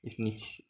if niche